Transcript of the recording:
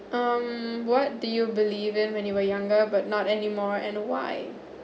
um what do you believe in when you were younger but not anymore and why